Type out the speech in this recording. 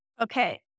Okay